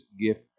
gift